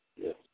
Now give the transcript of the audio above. yes